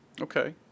Okay